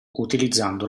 utilizzando